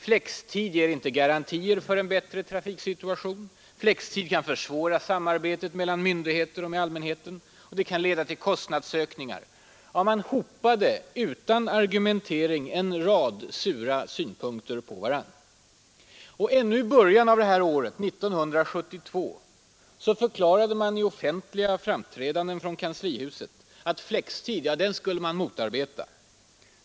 Flextid ger inte ”garantier” för bättre trafiksituation, den kan försvåra samarbetet mellan myndigheter och allmänheten, den kan leda till kostnadsökningar — ja, man hopade utan argumentering en rad sura synpunkter på varandra. Och ännu i början av det här året, 1972, förklarade man i offentliga framträdanden från kanslihuset att flextid skulle man motarbeta.